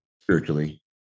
spiritually